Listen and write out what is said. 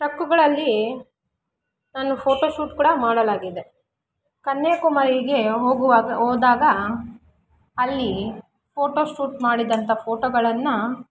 ಟ್ರಕ್ಕುಗಳಲ್ಲಿ ನಾನು ಫೋಟೋಶೂಟ್ ಕೂಡ ಮಾಡಲಾಗಿದೆ ಕನ್ಯಾಕುಮಾರಿಗೆ ಹೋಗುವಾಗ ಹೋದಾಗ ಅಲ್ಲಿ ಫೋಟೋಶೂಟ್ ಮಾಡಿದಂಥ ಫೋಟೋಗಳನ್ನು